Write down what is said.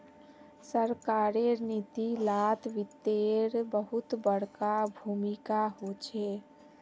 सरकारेर नीती लात वित्तेर बहुत बडका भूमीका होचे